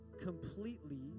completely